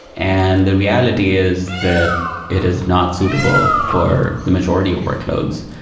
and the reality is that it is not suitable for the majority of workloads.